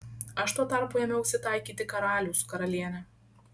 aš tuo tarpu ėmiausi taikyti karalių su karaliene